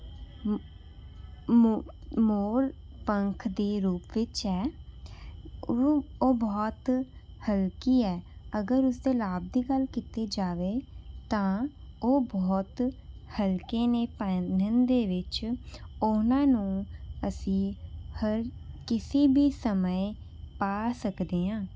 ਮੋ ਮੋਰ ਪੰਖ ਦੇ ਰੂਪ ਵਿੱਚ ਹੈ ਉਹ ਉਹ ਬਹੁਤ ਹਲਕੀ ਹੈ ਅਗਰ ਉਸਦੇ ਲਾਭ ਦੀ ਗੱਲ ਕੀਤੀ ਜਾਵੇ ਤਾਂ ਉਹ ਬਹੁਤ ਹਲਕੇ ਨੇ ਪਹਿਨਣ ਦੇ ਵਿੱਚ ਉਹਨਾਂ ਨੂੰ ਅਸੀਂ ਹਰ ਕਿਸੇ ਵੀ ਸਮੇਂ ਪਾ ਸਕਦੇ ਹਾਂ